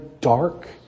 dark